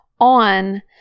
on